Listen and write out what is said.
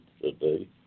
today